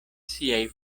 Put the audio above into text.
siaj